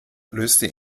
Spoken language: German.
löste